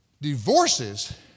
divorces